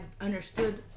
understood